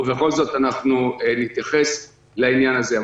ובכל זאת אנחנו נתייחס לעניין הזה.